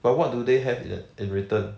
but what do they have in return